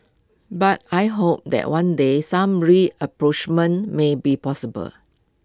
but I hope that one day some rapprochement may be possible